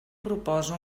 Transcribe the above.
proposa